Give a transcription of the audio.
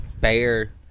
bear